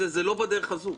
זו לא בדרך הזו.